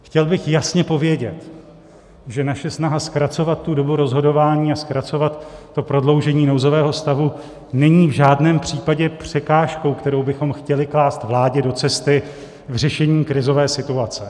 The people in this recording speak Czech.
Chtěl bych jasně povědět, že naše snaha zkracovat tu dobu rozhodování a zkracovat to prodloužení nouzového stavu není v žádném případě překážkou, kterou bychom chtěli klást vládě do cesty v řešení krizové situace.